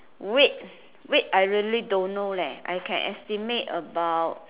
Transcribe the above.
weight weight I really don't know leh I can estimate about